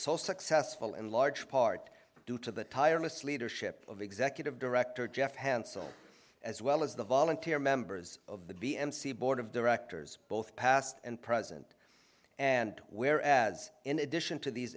so successful in large part due to the tireless leadership of executive director jeff hansen as well as the volunteer members of the b m c board of directors both past and present and where as in addition to these